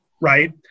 Right